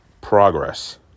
Progress